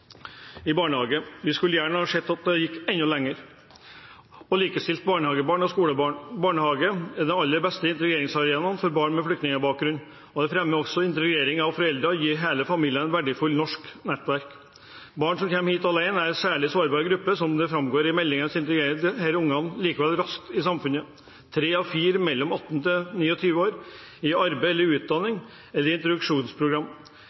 i barnehage. Vi skulle gjerne sett at en gikk enda lenger og likestilte barnehagebarn og skolebarn. Barnehage er den aller beste integreringsarenaen for barn med flyktningbakgrunn, og det fremmer også integrering av foreldrene og gir hele familien et verdifullt, norsk nettverk. Barn som kommer hit alene, er en særlig sårbar gruppe. Som det framgår av meldingen, integreres disse ungene likevel raskt i samfunnet. Tre av fire mellom 18 og 29 år er i arbeid eller